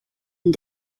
and